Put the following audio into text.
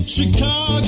Chicago